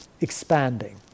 expanding